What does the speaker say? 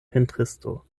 pentristo